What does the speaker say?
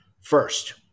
First